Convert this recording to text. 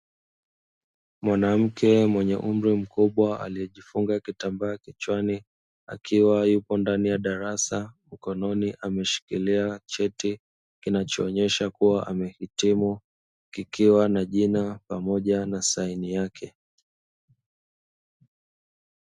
Mwanamke mwenye umri mkubwa aliyejifunga kitambaa kichwani, akiwa yuko ndani ya darasa mkononi ameshikilia cheti, kinachoonyesha kuwa amehitimu kikiwa na jina pamoja na saini yake.